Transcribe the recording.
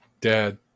Dad